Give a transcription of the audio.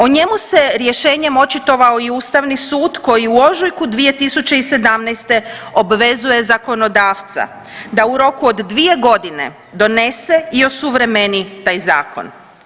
O njemu se rješenjem očitovao i Ustavni sud koji u ožujku 2017. obvezuje zakonodavca da u roku od 2 godine donese i osuvremeni taj zakon.